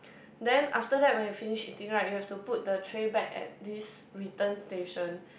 then after that when you finish eating right you have to put the tray back at this return station